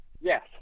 Yes